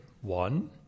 one